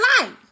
life